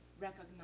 recognize